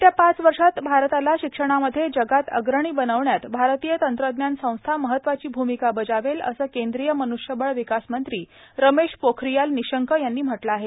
येत्या पाच वर्षात भारताला शिक्षणामध्ये जगात अग्रणी बनविण्यात भारतीय तंत्रज्ञान संस्था महत्वाची भूमिका बजावेल असं केंद्रीय मन्ष्यबळ विकास मंत्री रमेश पोखरियाल निशंक यांनी म्हटलं आहे